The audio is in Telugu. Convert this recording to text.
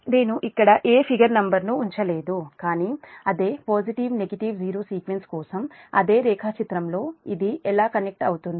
నేను ఇక్కడ ఏ ఫిగర్ నంబర్ను ఉంచలేదు కానీ అదే పాజిటివ్ నెగిటివ్ జీరో సీక్వెన్స్ కోసం అదే రేఖాచిత్రం లో ఇది ఎలా కనెక్ట్ అవుతుంది